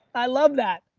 i love that.